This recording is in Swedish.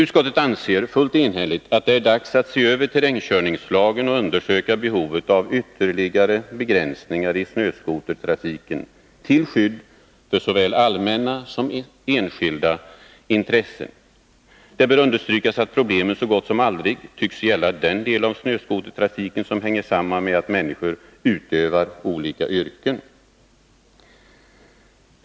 Utskottet anser — fullt enhälligt — att det är dags att se över terrängkörningslagen och undersöka behovet av ytterligare begränsningar i snöskotertrafiken till skydd för såväl allmänna som enskilda intressen. Det bör understrykas att problemen så gott som aldrig tycks gälla den del av snöskotertrafiken som hänger samman med att människor utövar olika yrken.